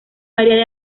variada